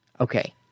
okay